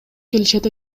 келишет